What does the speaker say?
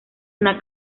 una